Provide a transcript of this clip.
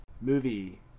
movie